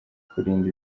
kurinda